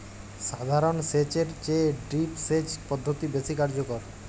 সাধারণ সেচ এর চেয়ে ড্রিপ সেচ পদ্ধতি বেশি কার্যকর